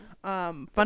Fun